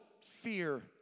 fear